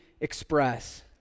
express